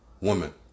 woman